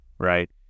Right